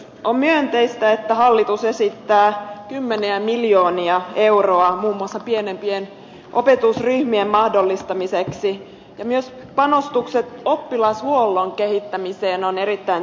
on myönteistä että hallitus esittää kymmeniä miljoonia euroja muun muassa pienempien opetusryhmien mahdollistamiseksi myös panostukset oppilashuollon kehittämiseen ovat erittäin tärkeitä